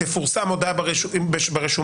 תפורסם הודעה ברשומות